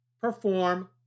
perform